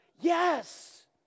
Yes